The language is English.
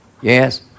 Yes